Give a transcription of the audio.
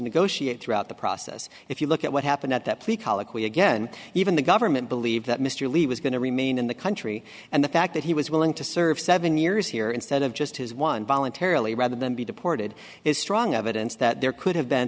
negotiate throughout the process if you look at what happened at that plea colloquy again even the government believe that mr lee was going to remain in the country and the fact that he was willing to serve seven years here instead of just his one voluntarily rather than be deported is strong evidence that there could have been